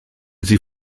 sie